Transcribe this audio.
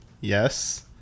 Yes